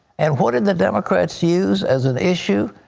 and what did the democrats use as an issue?